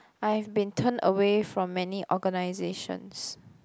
I've been turned away from many organizations